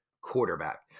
quarterback